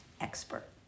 Expert